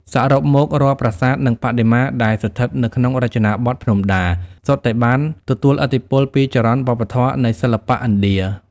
សរុបមក រាល់ប្រាសាទនិងបដិមា ដែលស្ថិតនៅក្នុងរចនាបថភ្នំដា សុទ្ធតែបាន ទទួលឥទ្ធិពលពីចរន្តវប្បធម៌នៃសិល្បៈឥណ្ឌា។